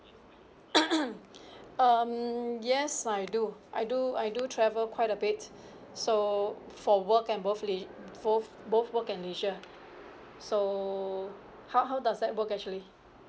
um yes I do I do I do travel quite a bit so for work and both both both work and leisure so how how does that work actually